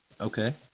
okay